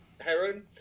heron